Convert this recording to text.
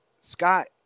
Scott